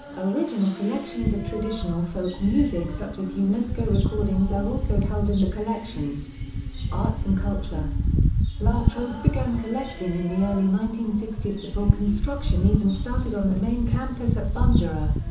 original collections of traditional folk music such as unesco recordings are also held in the collection arts and culture la trobe began collecting in the early nineteen sixty s before construction even started on the main campus at bundoora.